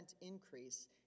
increase